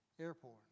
Airport